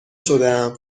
شدهام